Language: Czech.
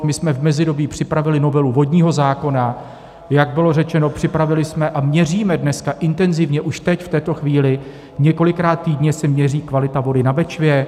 My jsme v mezidobí připravili novelu vodního zákona, jak bylo řečeno, připravili jsme a měříme dneska intenzivně, už teď, v této chvíli, několikrát týdně se měří kvalita vody na Bečvě.